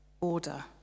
order